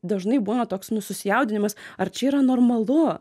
dažnai būna toks nu susijaudinimas ar čia yra normalu